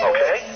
Okay